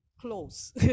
close